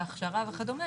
הכשרה וכדומה